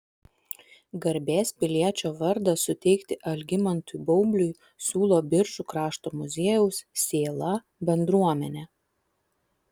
garbės piliečio vardą suteikti algimantui baubliui siūlo biržų krašto muziejaus sėla bendruomenė